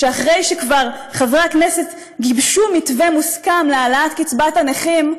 אחרי שחברי הכנסת כבר גיבשו מתווה מוסכם להעלאת קצבת הנכים,